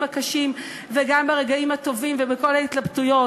הקשים וגם ברגעים הטובים ובכל ההתלבטויות.